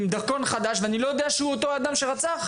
עם דרכון חדש ואני לא יודע שהוא אותו אדם שרצח.